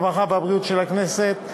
הרווחה והבריאות של הכנסת.